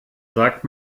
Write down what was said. sagt